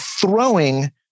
throwing